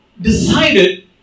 decided